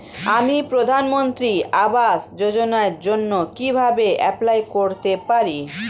আমি প্রধানমন্ত্রী আবাস যোজনার জন্য কিভাবে এপ্লাই করতে পারি?